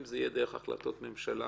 אם זה יהיה דרך החלטות ממשלה,